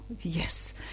Yes